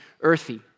earthy